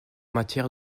matière